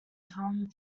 tom